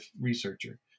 researcher